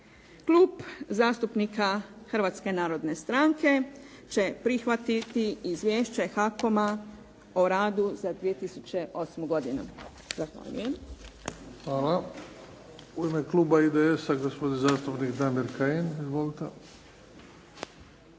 Klub zastupnika Hrvatske narodne stranke će prihvatiti Izvješće HAKOM-a o radu za 2008. godinu. Zahvaljujem. **Bebić, Luka (HDZ)** Hvala. U ime kluba IDS-a, gospodin zastupnik Damir Kajin. Izvolite.